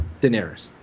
Daenerys